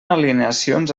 alineacions